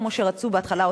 כמו שרצו בהתחלה,